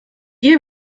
ihr